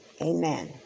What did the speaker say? Amen